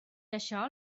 això